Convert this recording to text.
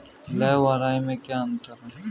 लाह व राई में क्या अंतर है?